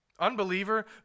Unbeliever